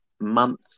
month